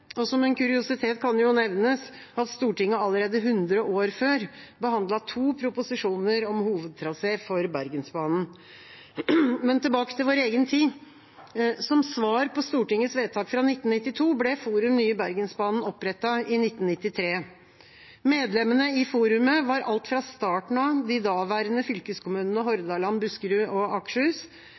dessverre. Som en kuriositet kan jo nevnes at Stortinget allerede hundre år før behandlet to proposisjoner om hovedtrasé for Bergensbanen. Men tilbake til vår egen tid: Som svar på Stortingets vedtak fra 1992 ble Forum Nye Bergensbanen opprettet i 1993. Medlemmene i forumet var alt fra starten av de daværende fylkeskommunene Hordaland, Buskerud og Akershus,